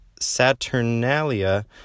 Saturnalia